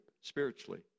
spiritually